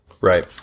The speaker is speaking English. Right